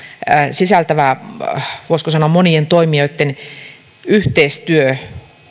sisältävä voisiko sanoa monien toimijoitten yhteistyö